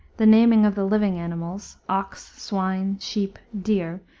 the naming of the living animals, ox, swine, sheep, deer,